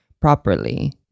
properly